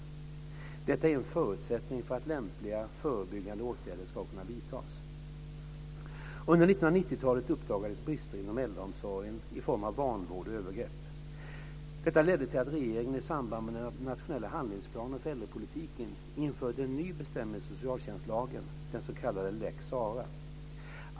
Detta är en förutsättning för att lämpliga förebyggande åtgärder ska kunna vidtas. Under 1990-talet uppdagades brister inom äldreomsorgen i form av vanvård och övergrepp. Detta ledde till att regeringen i samband med den nationella handlingsplanen för äldrepolitiken införde en ny bestämmelse i socialtjänstlagen, den s.k. lex Sarah .